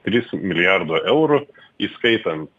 trys milijardo eurų įskaitant